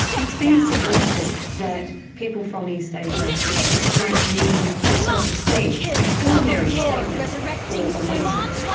it's been suggested that people from east asia don't need self-esteem. it's an extraordinary statement for a westerner.